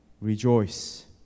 rejoice